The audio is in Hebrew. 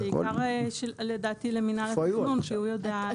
בעיקר, לדעתי, למינהל התכנון, שהוא יודע.